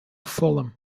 fulham